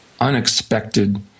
unexpected